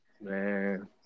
man